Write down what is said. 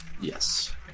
Yes